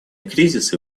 кризисы